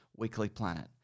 weeklyplanet